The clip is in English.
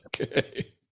Okay